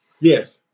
Yes